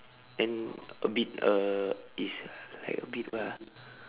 then a bit uh it's like a bit what ah